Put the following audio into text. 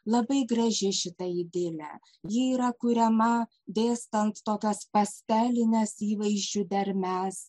labai graži šita idilė ji yra kuriama dėstant tokias pastelines įvaizdžių dermes